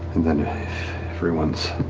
and then if everyone's